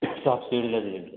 subsidy